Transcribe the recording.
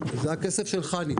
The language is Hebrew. זה הכסף של חנ"י.